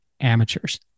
amateurs